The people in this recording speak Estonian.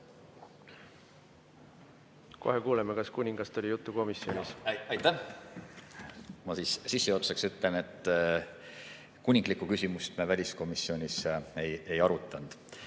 Kohe kuuleme, kas kuningast oli juttu komisjonis. Aitäh! Ma sissejuhatuseks ütlen, et kuningaküsimust me väliskomisjonis ei arutanud.